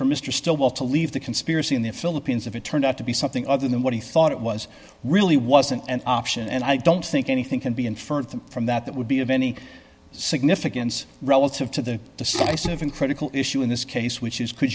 mr stillwell to leave the conspiracy in the philippines if it turned out to be something other than what he thought it was really wasn't an option and i don't think anything can be inferred from that that would be of any significance relative to the decisive and critical issue in this case which is could